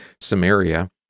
Samaria